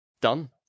Done